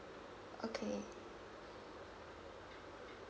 okay